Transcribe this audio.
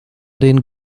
den